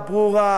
מוחלטת,